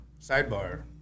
Sidebar